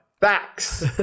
Facts